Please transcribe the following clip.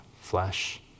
flesh